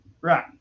Right